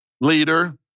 leader